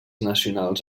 nacionals